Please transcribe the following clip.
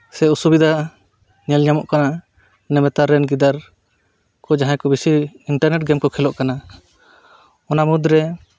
ᱥᱮ ᱚᱥᱩᱵᱤᱫᱷᱟ ᱧᱮᱞ ᱧᱟᱢᱚᱜ ᱠᱟᱱᱟ ᱤᱱᱟᱹ ᱱᱮᱛᱟᱨ ᱨᱮᱱ ᱜᱤᱫᱟᱹᱨ ᱠᱚ ᱡᱟᱦᱟᱸᱭ ᱠᱚ ᱵᱤᱥᱤ ᱤᱱᱴᱟᱨᱱᱮᱴ ᱜᱮᱢ ᱠᱚ ᱠᱷᱮᱞᱳᱜ ᱠᱟᱱᱟ ᱚᱱᱟ ᱢᱩᱫᱽ ᱨᱮ